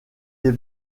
des